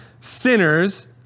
Sinners